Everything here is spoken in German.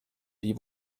wie